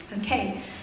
Okay